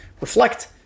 reflect